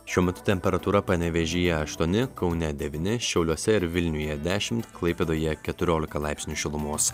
šiuo metu temperatūra panevėžyje aštuoni kaune devyni šiauliuose ir vilniuje dešimt klaipėdoje keturiolika laipsnių šilumos